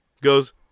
goes